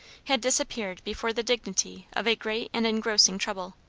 had disappeared before the dignity of a great and engrossing trouble.